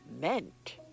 meant